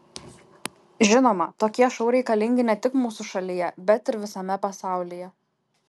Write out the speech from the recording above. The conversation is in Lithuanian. žinoma tokie šou reikalingi ne tik mūsų šalyje bet ir visame pasaulyje